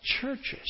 churches